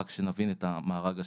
רק שנבין את המארג השלם.